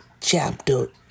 chapter